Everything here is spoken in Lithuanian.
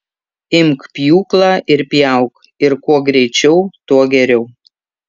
imk pjūklą ir pjauk ir kuo greičiau tuo geriau